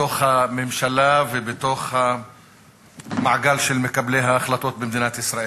בתוך הממשלה ובתוך המעגל של מקבלי ההחלטות במדינת ישראל.